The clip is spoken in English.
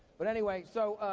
but anyway, so,